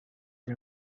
the